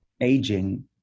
aging